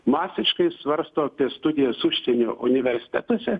masiškai svarsto apie studijas užsienio universitetuose